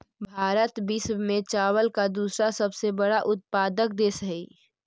भारत विश्व में चावल का दूसरा सबसे बड़ा उत्पादक देश हई